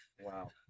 Wow